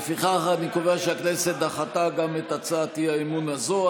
לפיכך אני קובע שהכנסת דחתה גם את הצעת האי-אמון הזו.